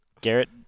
Garrett